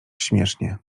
śmiesznie